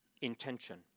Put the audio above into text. intention